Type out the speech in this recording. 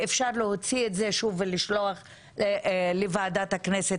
ואפשר להוציא את זה שוב ולשלוח לוועדת הכנסת,